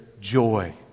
joy